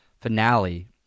finale